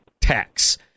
tax